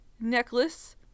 necklace